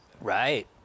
Right